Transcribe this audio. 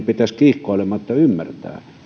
pitäisi kiihkoilematta ymmärtää